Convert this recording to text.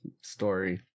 story